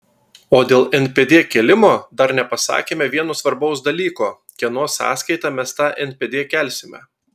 o dėl npd kėlimo dar nepasakėme vieno svarbaus dalyko kieno sąskaita mes tą npd kelsime